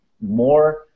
more